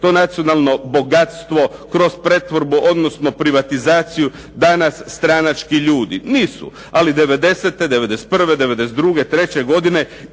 to nacionalno bogatstvo kroz pretvorbu odnosno privatizaciju danas stranački ljudi? Nisu. Ali 90., 91., 92., 93. godine